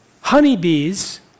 honeybees